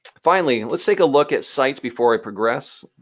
finally, let's take a look at sites before i progress.